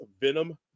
Venom